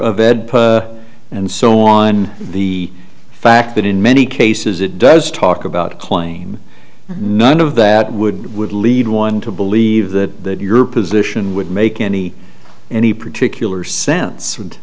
bed and so on the fact that in many cases it does talk about claim none of that would would lead one to believe that your position would make any any particular sens